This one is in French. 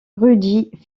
rudy